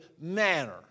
manner